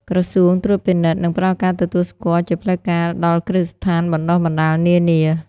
ក្រសួងត្រួតពិនិត្យ និងផ្តល់ការទទួលស្គាល់ជាផ្លូវការដល់គ្រឹះស្ថានបណ្ដុះបណ្ដាលនានា។